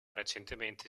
recentemente